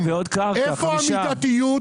איפה המידתיות?